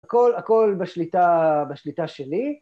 ‫הכול בשליטה שלי.